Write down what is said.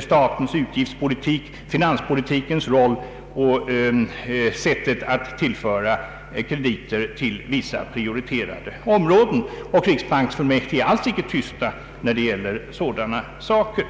statens utgiftspolitik, finanspolitikens roll och sättet att tillföra krediter till vissa prioriteringsområden. = Riksbanksfullmäktige brukar alls inte vara tysta när det gäller sådana saker.